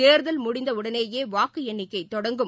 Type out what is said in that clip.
தேர்தல் முடிந்த உடனேயே வாக்கு எண்ணிக்கை தொடங்கும்